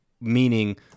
meaning